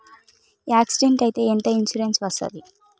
Accident అయితే ఎంత insurance వస్తది?